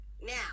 Now